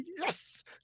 Yes